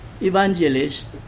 evangelist